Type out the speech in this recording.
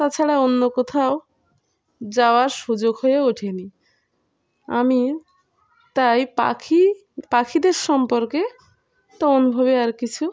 তাছাড়া অন্য কোথাও যাওয়ার সুযোগ হয়ে ওঠেনি আমি তাই পাখি পাখিদের সম্পর্কে তেমন ভাবে আর কিছু